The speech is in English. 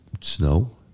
Snow